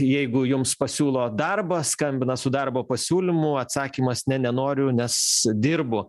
jeigu jums pasiūlo darbą skambina su darbo pasiūlymu atsakymas ne nenoriu nes dirbu